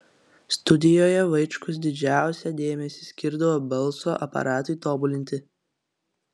studijoje vaičkus didžiausią dėmesį skirdavo balso aparatui tobulinti